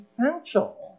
essential